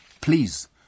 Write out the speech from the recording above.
please